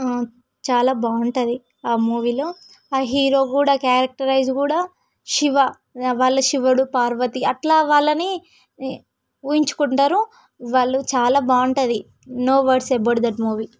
చాలా బాగుంటుంది ఆ మూవీలో ఆ హీరో కూడా క్యారెక్టరైజ్ కూడా శివ వాళ్లు శివుడు పార్వతి అట్లా వాళ్లని ఊహించుకుంటారు వాళ్ళు చాలా బాగుంటుంది no words about that movie